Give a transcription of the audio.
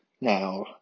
Now